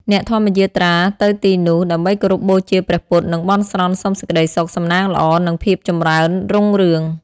អ្នកធម្មយាត្រាទៅទីនោះដើម្បីគោរពបូជាព្រះពុទ្ធ និងបន់ស្រន់សុំសេចក្តីសុខ សំណាងល្អ និងភាពចម្រើនរុងរឿង។